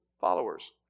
followers